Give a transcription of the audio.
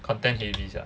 content heavy sia